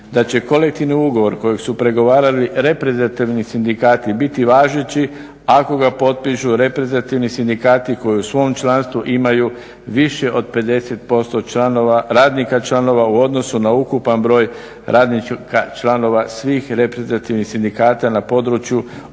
da će kolektivni ugovor kojeg su pregovarali reprezentativni sindikati biti važeći ako ga potpišu reprezentativni sindikati koji u svom članstvu imaju više od 50% radnika članova u odnosu na ukupan broj radnika članova svih reprezentativni sindikata na području odnosno